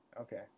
okay